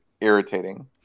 irritating